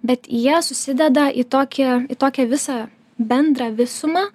bet jie susideda į tokią į tokią visą bendrą visumą